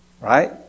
Right